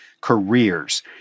careers